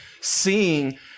seeing